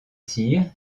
tir